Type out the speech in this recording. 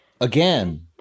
Again